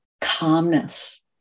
calmness